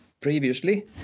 previously